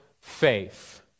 faith